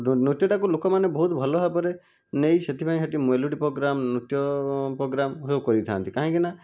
ଯେଉଁ ନୃତ୍ୟଟାକୁ ଲୋକମାନେ ବହୁତ ଭଲ ଭାବରେ ନେଇ ସେଥିପାଇଁ ସେଠି ମେଲୋଡ଼ି ପ୍ରୋଗ୍ରାମ ନୃତ୍ୟ ପ୍ରୋଗ୍ରାମ ସବୁ କରିଥାନ୍ତି କାହିଁକିନା